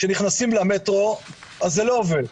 כשנכנסים למטרו זה לא עובד,